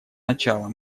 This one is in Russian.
начало